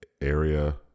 area